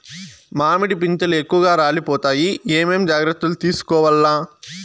మామిడి పిందెలు ఎక్కువగా రాలిపోతాయి ఏమేం జాగ్రత్తలు తీసుకోవల్ల?